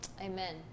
Amen